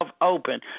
open